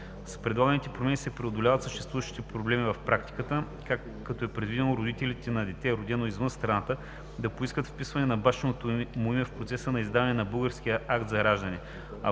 С предлаганите промени се преодоляват съществуващите проблеми в практиката, като е предвидено родителите на дете, родено извън страната, да поискат вписване на бащиното му име в процеса на издаване на български акт за раждане,